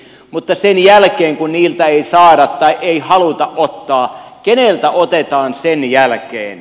mutta sen jälkeen kun niiltä ei saada tai ei haluta ottaa keneltä otetaan sen jälkeen